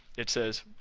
it says,